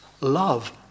Love